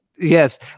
yes